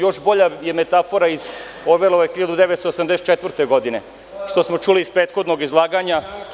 Još bolja je metafora Orvelove „1984“, što smo čuli iz prethodnog izlaganja.